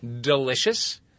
Delicious